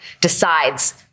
decides